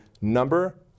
number